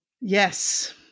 Yes